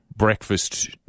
breakfast